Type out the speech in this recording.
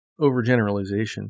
overgeneralization